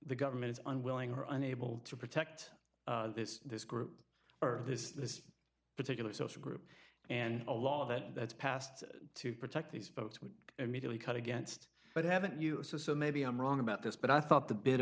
the government is unwilling or unable to protect this this group or this this particular social group and a law that that's passed to protect these folks would immediately cut against but haven't you so maybe i'm wrong about this but i thought the bit